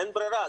אין ברירה.